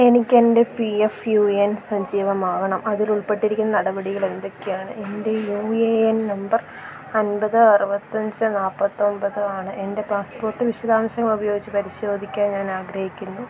എനിക്കെൻ്റെ P F U A N സജീവമാകണം അതിലുൾപ്പെട്ടിരിക്കുന്ന നടപടികളെന്തൊക്കെയാണ് എൻ്റെ യു എ എൻ നമ്പർ അൻപത് അറുപത്തിയഞ്ച് നാല്പ്പത്തിയൊമ്പതാണ് എൻ്റെ പാസ്പോർട്ട് വിശദാംശങ്ങളുപയോഗിച്ച് പരിശോധിക്കാൻ ഞാനാഗ്രഹിക്കുന്നു